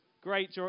great